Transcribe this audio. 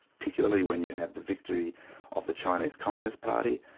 particularly when you have the victory of the chinese communist party,